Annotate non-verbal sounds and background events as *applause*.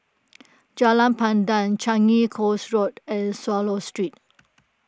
*noise* Jalan Pandan Changi Coast Walk and Swallow Street